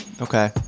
Okay